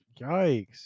Yikes